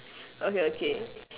okay okay